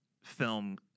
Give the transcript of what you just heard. film